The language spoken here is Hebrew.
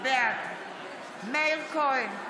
בעד מאיר כהן,